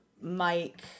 Mike